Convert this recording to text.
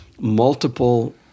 multiple